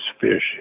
fish